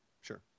Sure